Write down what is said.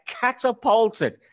catapulted